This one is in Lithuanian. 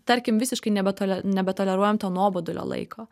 tarkim visiškai nebetole nebetoleruojam to nuobodulio laiko